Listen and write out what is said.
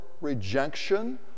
rejection